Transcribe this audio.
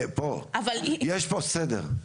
יש פה סדר.